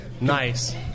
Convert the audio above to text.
Nice